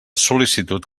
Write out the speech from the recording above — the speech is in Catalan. sol·licitud